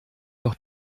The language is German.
noch